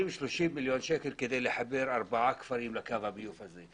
30 מיליון שקלים כדי לחבר ארבעה כפרים לקו הביוב הזה.